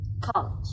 college